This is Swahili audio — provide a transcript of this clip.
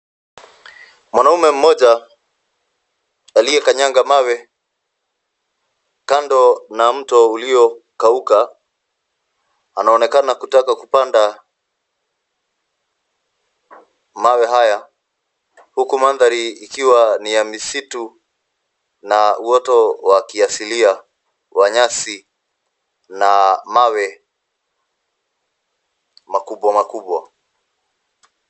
Mwanaume mmoja aliyekanyaga mawe kando na mto uliokauka anaonekana kutaka kupanda mawe haya huku madhari ikiwa ni ya misitu na uoto wa kiasilia wa nyasi na mawe makubwa makubwa.